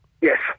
Yes